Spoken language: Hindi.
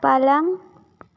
पलंग